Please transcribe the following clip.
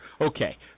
Okay